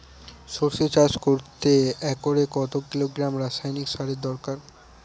সরষে চাষ করতে একরে কত কিলোগ্রাম রাসায়নি সারের দরকার?